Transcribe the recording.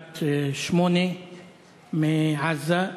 בת שמונה מעזה,